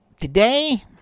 Today